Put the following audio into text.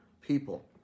people